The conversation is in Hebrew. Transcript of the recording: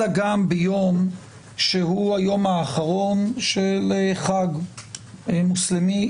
אלא גם ביום שהוא היום האחרון של חג מוסלמי,